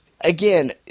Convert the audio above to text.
again